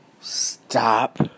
Stop